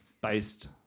based